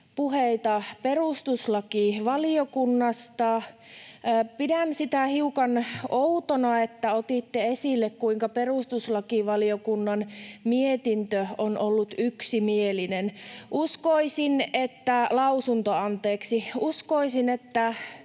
puheita perustuslakivaliokunnasta: Pidän hiukan outona, että otitte esille, kuinka perustuslakivaliokunnan mietintö on ollut yksimielinen. [Maria Guzenina: Lausunto!] — Lausunto, anteeksi. — Te olette